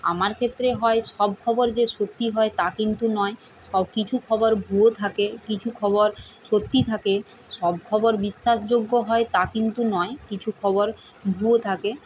আমার ক্ষেত্রে হয় সব খবর যে সত্যি হয় তা কিন্তু নয় কিছু খবর ভুয়ো থাকে কিছু খবর সত্যি থাকে সব খবর বিশ্বাসযোগ্য হয় তা কিন্তু নয় কিছু খবর ভুয়ো থাকে